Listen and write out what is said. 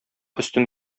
өстен